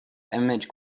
image